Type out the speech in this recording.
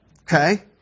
Okay